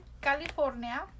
California